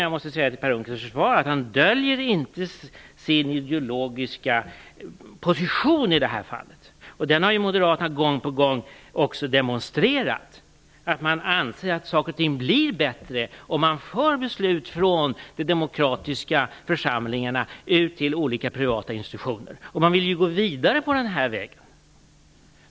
Jag måste säga till Per Unckels försvar att han inte döljer sin ideologiska position i det här fallet. Moderaterna har gång på gång demonstrerat att de anser att saker och ting blir bättre om man för beslut från de demokratiska församlingarna ut till olika privata institutioner. Man vill gå vidare på den vägen.